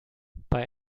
bei